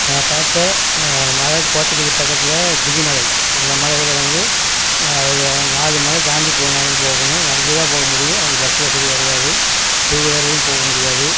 நான் பார்த்த மலை கோத்தகிரி பக்கத்தில் கிரிமலை அந்த மலையில் வந்து ஒரு நாலு மலை தாண்டி போ நடந்து போகணும் நடந்து தான் போக முடியும் அங்கே பஸ் வசதி கிடையாது டூவீலர்லேயும் போக முடியாது